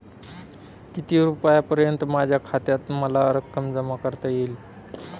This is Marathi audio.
किती रुपयांपर्यंत माझ्या खात्यात मला रक्कम जमा करता येईल?